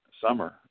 summer